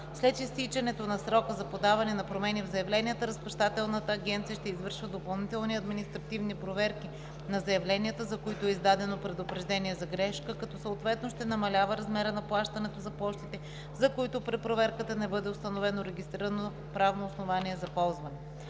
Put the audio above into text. След изтичането на срока за подаване и промени в заявленията, Разплащателната агенция ще извършва допълнителни административни проверки на заявленията, за които е издадено предупреждение за грешка, като съответно ще намалява размера на плащането за площите, за които при проверката не бъде установено регистрирано правно основание за ползване.